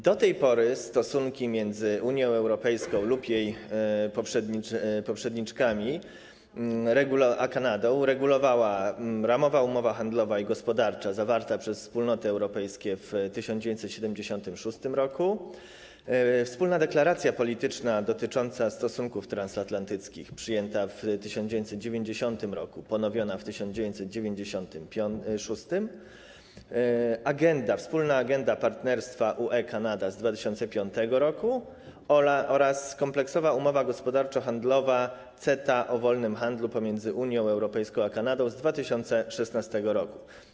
Do tej pory stosunki między Unią Europejską lub jej poprzedniczkami a Kanadą regulowały: ramowa umowa handlowa i gospodarcza zawarta przez Wspólnoty Europejskie w 1976 r., wspólna deklaracja polityczna dotycząca stosunków transatlantyckich przyjęta w 1990 r., ponowiona w 1996 r., wspólna Agenda Partnerstwa UE-Kanada z 2005 r. oraz Kompleksowa Umowa Gospodarczo-Handlowa CETA o wolnym handlu pomiędzy Unią Europejską a Kanadą z 2016 r.